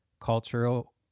cultural